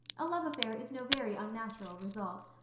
a love affair is no very unnatural result.